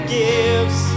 gives